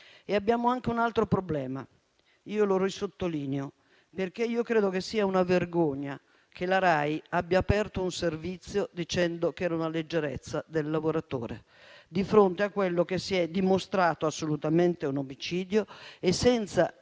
Abbiamo anche un altro problema, e lo risottolineo: credo sia una vergogna che la Rai abbia aperto un servizio dicendo che si è trattato di una leggerezza del lavoratore di fronte a quello che si è dimostrato assolutamente un omicidio e - devo dire